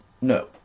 No